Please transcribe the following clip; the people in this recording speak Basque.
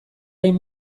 hain